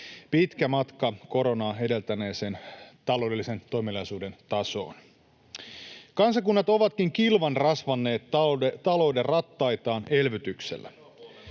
pitkä matka koronaa edeltäneeseen taloudellisen toimeliaisuuden tasoon. Kansakunnat ovatkin kilvan rasvanneet talouden rattaitaan elvytyksellä.